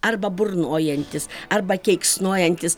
arba burnojantis arba keiksnojantis